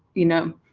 you know,